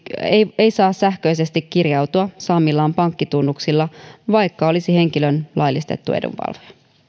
ei ei saa sähköisesti kirjautua saamillaan pankkitunnuksilla vaikka olisi henkilön laillistettu edunvalvoja